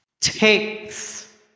takes